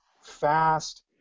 fast